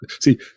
see